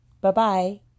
Bye-bye